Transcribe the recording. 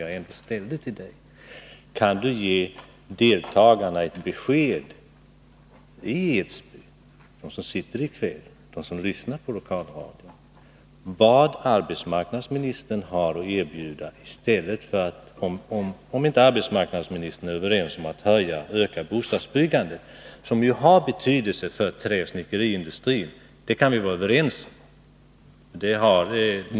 Jag undrade alltså om arbetsmarknadsministern kan ge ett besked till dem som lyssnar på lokalradion och till deltagarna i kvällens arrangemang i Edsbyn. Vad har arbetsmarknadsministern att erbjuda i stället, om arbetsmarknadsministern inte är beredd att öka bostadsbyggandet? Att bostadsbyggandet har betydelse för träoch snickeriindustrin kan vi ju vara överens om.